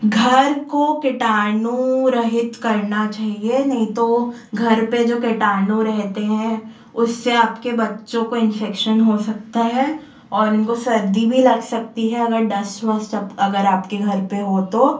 घर को कीटाणुरहित करना चाहिए नहीं तो वो घर पे जो कीटाणु रहते हैं उससे आपके बच्चों को इंफेक्शन हो सकता है और इनको सर्दी भी लग सकती है अगर डस्ट वस्ट अगर आपके घर पे हो तो